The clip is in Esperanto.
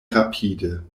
rapide